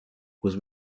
was